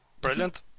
brilliant